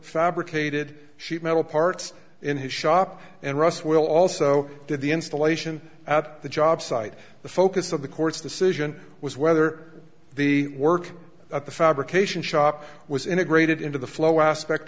fabricated sheet metal parts in his shop and russ will also did the installation at the job site the focus of the court's decision was whether the work at the fabrication shop was integrated into the flow aspect